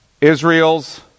Israel's